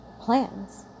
plans